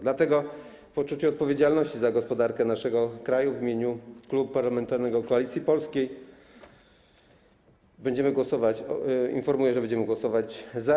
Dlatego w poczuciu odpowiedzialności za gospodarkę naszego kraju w imieniu Klubu Parlamentarnego Koalicji Polskiej informuję, że będziemy głosować za.